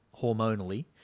hormonally